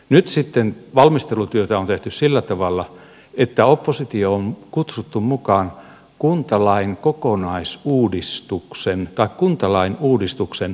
nyt sitten valmistelutyötä on tehty sillä tavalla että oppositio on kutsuttu mukaan kuntalain uudistuksen seurantaryhmään